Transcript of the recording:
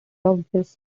obvious